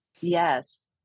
Yes